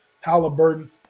Halliburton